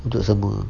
untuk semua